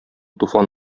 туфан